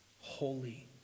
holy